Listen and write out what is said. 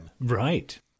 Right